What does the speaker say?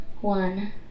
One